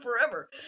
forever